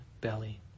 belly